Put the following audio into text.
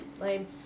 Lame